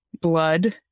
blood